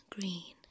Green